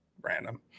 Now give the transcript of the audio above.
random